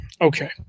okay